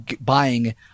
buying